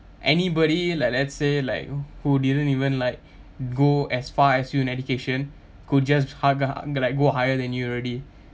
anybody like let's say like who didn't even like go as far as you in education could just hagar ge~ like go higher than you already